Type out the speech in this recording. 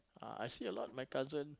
ah I see a lot of my cousin